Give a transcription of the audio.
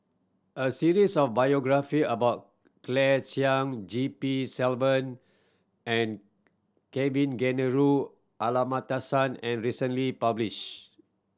a series of biography about Claire Chiang G P Selvam and Kavignareru Amallathasan and recently published